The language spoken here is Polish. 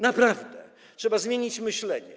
Naprawdę trzeba zmienić myślenie.